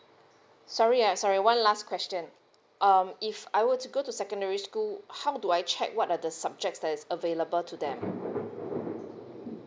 sorry ah sorry one last question um if I were to go to secondary school how do I check what are the subjects that is available to them